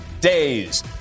days